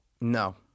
No